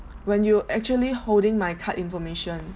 when you actually holding my card information